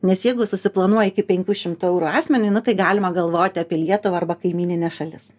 nes jeigu susiplanuoja iki penkių šimtų eurų asmeniui na tai galima galvoti apie lietuvą arba kaimynines šalis